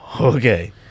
Okay